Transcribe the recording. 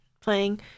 playing